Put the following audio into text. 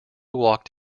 walked